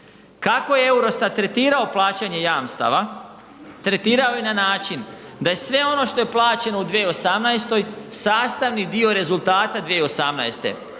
Kako je EUROSTAT tretirao plaćanje jamstava? Tretirao je na način da sve ono što je plaćeno u 2018. sastavni dio rezultata 2018